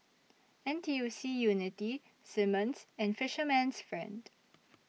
N T U C Unity Simmons and Fisherman's Friend